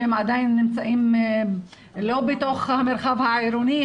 שהם עדיין נמצאים לא בתוך המרחב העירוני,